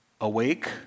awake